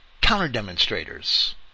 counter-demonstrators